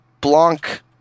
Blanc